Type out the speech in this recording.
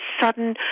sudden